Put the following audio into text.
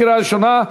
קריאה ראשונה.